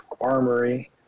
Armory